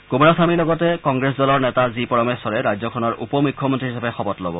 কুমাৰস্বমীৰ লগতে কংগ্ৰেছ দলৰ নেতা জি পৰমেশ্বৰে ৰাজ্যখনৰ উপ মুখ্যমন্ত্ৰী হিচাপে শপত ল'ব